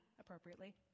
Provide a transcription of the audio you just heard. appropriately